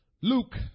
Luke